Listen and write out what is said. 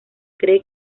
cree